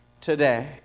today